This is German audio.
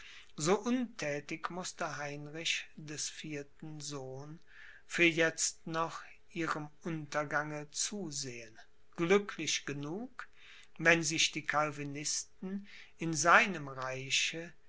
so unthätig mußte heinrichs des vierten sohn für jetzt noch ihrem untergange zusehen glücklich genug wenn sich die calvinisten in seinem reiche